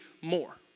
more